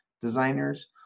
designers